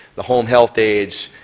the home health aides,